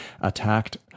attacked